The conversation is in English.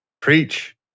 Preach